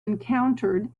encountered